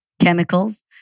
chemicals